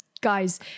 Guys